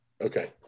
Okay